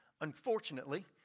unfortunately